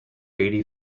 eighty